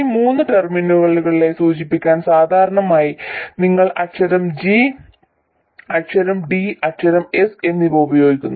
ഈ മൂന്ന് ടെർമിനലുകളെ സൂചിപ്പിക്കാൻ സാധാരണയായി നിങ്ങൾ അക്ഷരം G അക്ഷരം D അക്ഷരം S എന്നിവ ഉപയോഗിക്കുന്നു